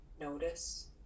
notice